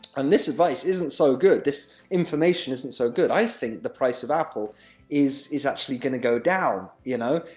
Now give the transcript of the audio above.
and this advice isn't so good. this information isn't so good i think the price of apple is is actually going to go down, you know.